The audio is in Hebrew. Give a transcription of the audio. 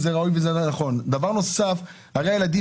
זה יגרום